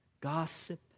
gossip